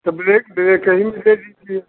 तो black black ही में दे दीजिए